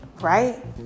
Right